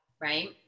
Right